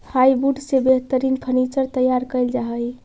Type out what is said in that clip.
hardwood से बेहतरीन furniture तैयार कैल जा हइ